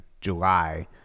july